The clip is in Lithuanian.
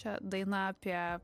čia daina apie